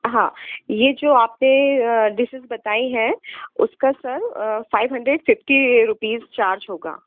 हाँ यह जो आपने डिसेस बताई हैं उसका sir five hundred fifty rupees charge होगा